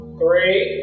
three